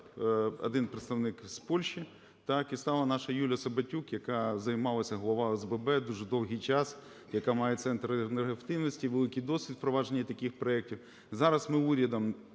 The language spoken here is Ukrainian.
один представник з Польщі, так, і стала наша Юлія Саботюк, яка займалася... голова ОСББ дуже довгий час, яка має центр енергоефективності, великий досвід у впровадженні таких проектів. Зараз ми урядом